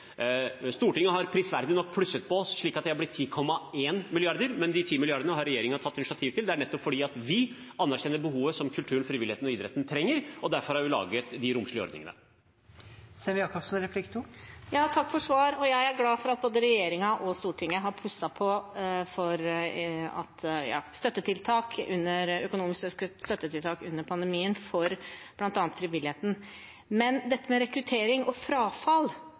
Stortinget har prisverdig nok plusset på, slik at det er blitt 10,1 mrd. kr, men de 10 mrd. kr har regjeringen tatt initiativ til. Det er nettopp fordi vi anerkjenner behovet som kulturen, frivilligheten og idretten trenger, og derfor har vi laget de romslige ordningene. Takk for svaret. Jeg er glad for at både regjeringen og Stortinget har plusset på i økonomiske støttetiltak under pandemien, for bl.a. frivilligheten. Men når det gjelder rekruttering til og frafall